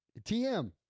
TM